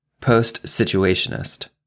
Post-situationist